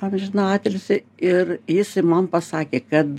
amžiną atilsį ir jis man pasakė kad